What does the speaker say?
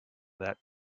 that